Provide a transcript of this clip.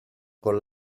con